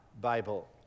Bible